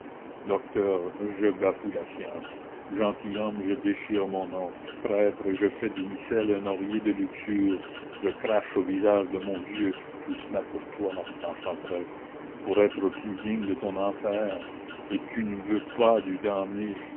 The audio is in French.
docteur je bafoue la science gentilhomme je déchire mon nom prêtre je fais du missel un oreiller de luxure je crache au visage de mon dieu tout cela pour toi enchanteresse pour être plus digne de ton enfer et tu ne veux pas du